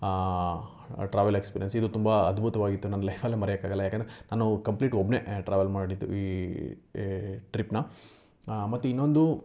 travel experience ಇದು ತುಂಬ ಅದ್ಭುತವಾಗಿತ್ತು ನನ್ನ ಲೈಫಲ್ಲೆ ಮರೆಯೋಕ್ಕಾಗಲ್ಲ ಯಾಕೆಂದರೆ ನಾನು ಕಂಪ್ಲೀಟ್ ಒಬ್ಬನೇ ಟ್ರಾವೆಲ್ ಮಾಡಿದ್ದು ಈ ಈ ಟ್ರಿಪ್ನ ಮತ್ತು ಇನ್ನೊಂದು